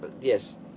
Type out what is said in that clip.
Yes